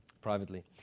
privately